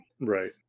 Right